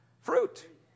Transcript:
Fruit